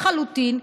לחלוטין,